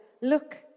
look